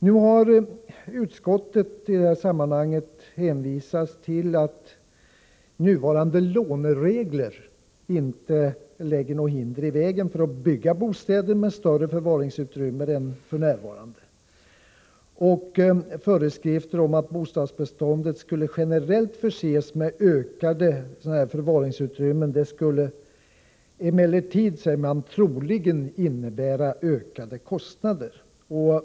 Nu har utskottet hänvisat till att nuvarande låneregler inte lägger några hinder i vägen för att bygga bostäder med större förvaringsutrymmen än f. n. Föreskrifter om att bostadsbeståndet skulle generellt förses med utökat antal svala förvaringsutrymmen skulle emellertid, säger man, troligen innebära ökade kostnader.